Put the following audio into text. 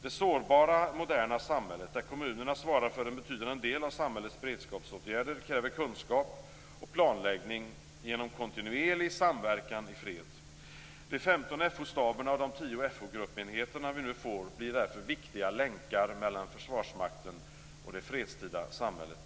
Det sårbara moderna samhället, där kommunerna svarar för en betydande del av samhällets beredskapsåtgärder, kräver kunskap och planläggning genom kontinuerlig samverkan i fred. De 15 FO-staber och de 10 FO-gruppenheter som vi nu får blir viktiga länkar mellan Försvarsmakten och det fredstida samhället.